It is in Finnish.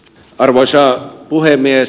arvoisa puhemies